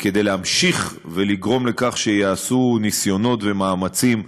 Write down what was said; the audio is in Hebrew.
כדי להמשיך לגרום לכך שייעשו ניסיונות ומאמצים,